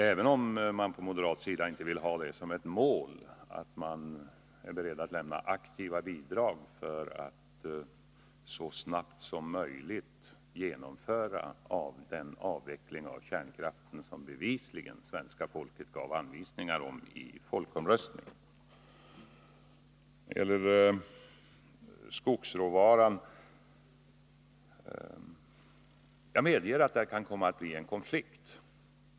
Även om man på moderat sida inte vill ansluta sig till detta mål, hoppas jag att moderaterna är beredda att lämna aktiva bidrag för att vi så snabbt som möjligt skall kunna genomföra den avveckling av kärnkraften som svenska folket bevisligen gav anvisningar om i folkomröstningen. Jag medger att det när det gäller skogsråvaran kan komma att bli en konflikt.